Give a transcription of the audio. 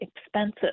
expensive